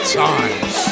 times